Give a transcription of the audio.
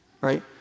Right